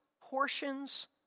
portions